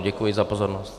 Děkuji za pozornost.